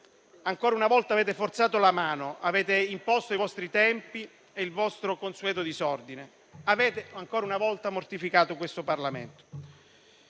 ancora una volta avete forzato la mano e avete imposto i vostri tempi e il vostro consueto disordine; ancora una volta, avete mortificato questo Parlamento.